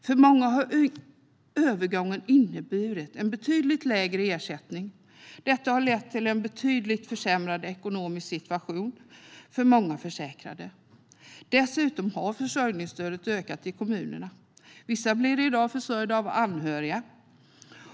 För många har övergången inneburit en betydligt lägre ersättning. Detta har lett till en betydligt försämrad ekonomisk situation för många försäkrade. Dessutom har försörjningsstödet ökat i kommunerna. Vissa blir i dag försörjda av anhöriga.